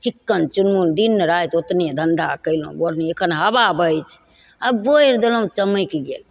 चिक्कन चुनमुन दिन राति ओतनी धन्धा कयलहुँ गोरनी एखन हवा बहय छै आओर बोरि देलहुँ चमैक गेल